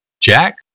Jack